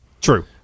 True